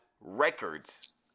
records